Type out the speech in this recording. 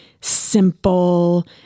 simple